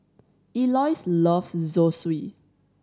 Eloise loves Zosui